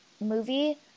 movie